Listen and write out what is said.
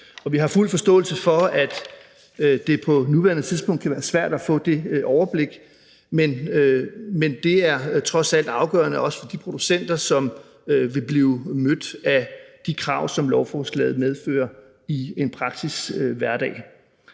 Vi har fuld forståelse for, at det på nuværende tidspunkt kan være svært at få det overblik, men det er trods alt afgørende, også for de producenter, som vil blive mødt af de krav, som lovforslaget medfører i en praktisk hverdag.